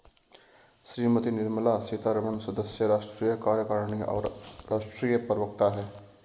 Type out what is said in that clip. श्रीमती निर्मला सीतारमण सदस्य, राष्ट्रीय कार्यकारिणी और राष्ट्रीय प्रवक्ता हैं